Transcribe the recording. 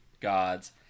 gods